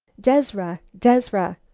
dezra! dezra!